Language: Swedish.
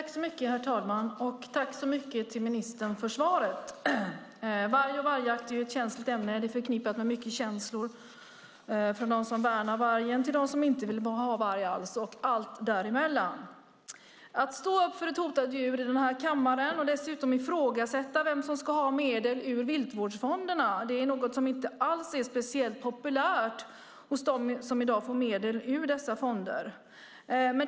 Herr talman! Jag tackar ministern så mycket för svaret. Varg och vargjakt är ett känsligt ämne. Det är förknippat med mycket känslor. Det gäller alltifrån dem som värnar vargen till dem som inte vill ha varg alls. Att i denna kammare stå upp för ett hotat djur och dessutom ifrågasätta vem som ska ha medel ur Viltvårdsfonden är något som inte är speciellt populärt hos dem som i dag får medel ur fonden.